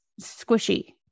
squishy